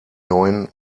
neuen